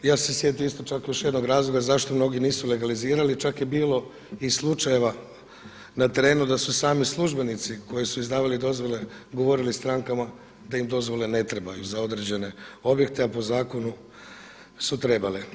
Ja sam se sjetio čak još jednog razloga zašto mnogi nisu legalizirali, čak je bilo i slučajeva na terenu da su i sami službenici koji su izdavali dozvole govorili strankama da im dozvole ne trebaju za određene objekte, a po zakonu su trebale.